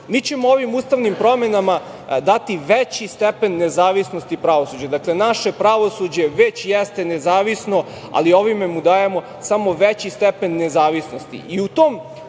mi ćemo ovim ustavnim promenama dati veći stepen nezavisnosti pravosuđa. Dakle, naše pravosuđe već jeste nezavisno, ali ovim mu dajemo samo veći stepen nezavisnosti.